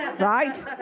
right